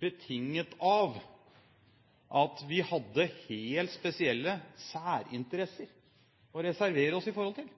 betinget av at vi hadde helt spesielle særinteresser å reservere oss i forhold til.